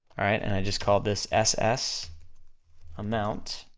alright, and i just called this ss amount,